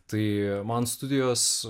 tai man studijos